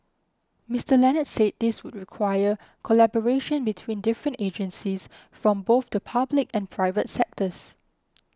Mister Leonard said this would require collaboration between different agencies from both the public and private sectors